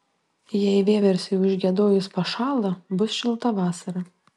jei vieversiui užgiedojus pašąla bus šilta vasara